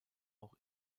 auch